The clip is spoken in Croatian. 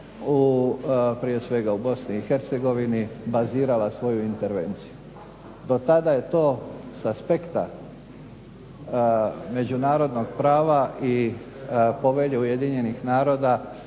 prije svega u BiH bazirala svoju intervenciju. Do tada je to sa aspekta međunarodnog prava i povelje UN-a bilo da